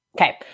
Okay